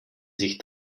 sich